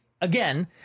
again